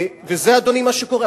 אדוני, זה מה שקורה.